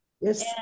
yes